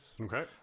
Okay